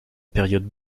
période